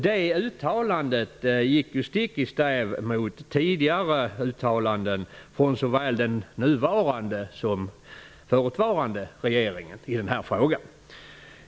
Det uttalandet gick stick i stäv mot tidigare uttalanden i den här frågan, från såväl den nuvarande som den förutvarande regeringen.